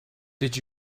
did